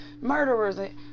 murderers